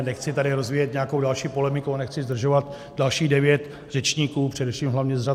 Nechci tady rozvíjet nějakou další polemiku a nechci zdržovat dalších devět řečníků, především hlavně z řad SPD.